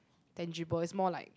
tangible is more like